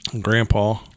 Grandpa